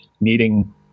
needing